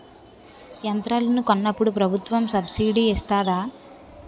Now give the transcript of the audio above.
యంత్రాలను కొన్నప్పుడు ప్రభుత్వం సబ్ స్సిడీ ఇస్తాధా?